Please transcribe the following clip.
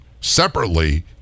separately